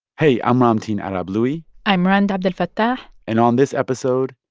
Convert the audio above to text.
hey, i'm ramtin arablouei i'm rund abdelfatah and on this episode,